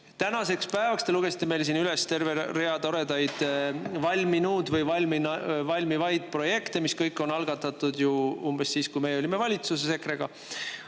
Täna te lugesite meile siin üles terve rea toredaid valminud või valmivaid projekte, mis kõik on algatatud ju umbes siis, kui EKRE oli valitsuses, aga